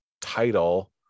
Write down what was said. title